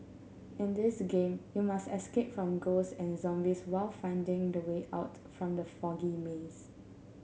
in this game you must escape from ghost and zombies while finding the way out from the foggy maze